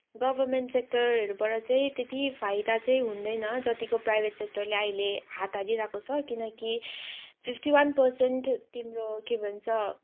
government सेक्टरहरूबाट चाहिँ त्यति फाइदा चाहिँ हुँदैन जतिको प्राइभेट सेक्टरले अहिले हात हालिरहेको छ किनकी फिफ्टी वान पर्सेन्ट तिम्रो के भन्छ